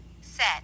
set